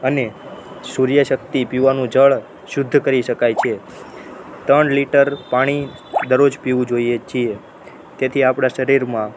અને સૂર્યશક્તિ પીવાનું જળ શુદ્ધ કરી શકાય છે ત્રણ લિટર પાણી દરરોજ પીવું જોઈએ છે તેથી આપણા શરીરમાં